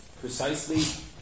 Precisely